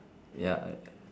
ya